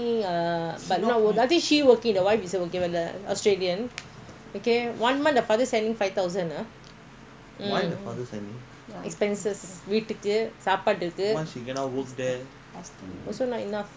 uh but not work I think she working the wife is working the australian okay one month the father send him five thousand ah mm expenses வீட்டுக்குசாப்பாட்டுக்கு:veetukku saapattukku also not enough